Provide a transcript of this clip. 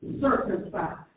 circumcised